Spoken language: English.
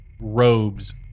robes